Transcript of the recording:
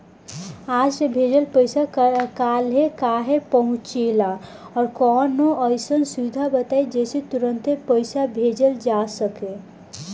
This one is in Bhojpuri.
आज के भेजल पैसा कालहे काहे पहुचेला और कौनों अइसन सुविधा बताई जेसे तुरंते पैसा भेजल जा सके?